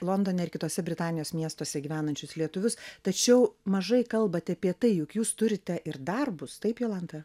londone ir kituose britanijos miestuose gyvenančius lietuvius tačiau mažai kalbate apie tai juk jūs turite ir darbus taip jolanta